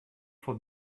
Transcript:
for